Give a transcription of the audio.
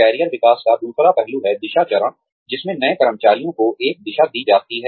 career विकास का दूसरा पहलू है दिशा चरण जिसमेंनए कर्मचारियों को एक दिशा दी जाती है